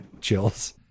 chills